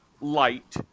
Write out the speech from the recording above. light